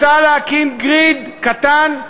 רוצה להקים גריד קטן,